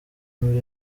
mbere